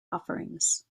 offerings